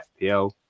FPL